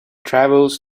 travels